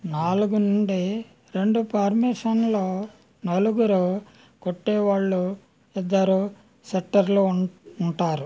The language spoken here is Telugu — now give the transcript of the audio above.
నాలుగు నుండి రెండు ఫార్మేషన్లో నలుగురు కొట్టేవాళ్ళు ఇద్దరు సెట్టర్లు ఉంటారు